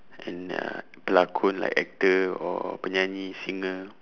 an uh pelakon like actor or penyanyi singer